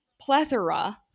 plethora